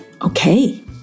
Okay